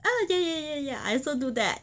ya ya ya I also do that